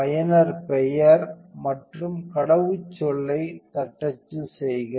பயனர்பெயர் மற்றும் கடவுச்சொல்லை தட்டச்சு செய்க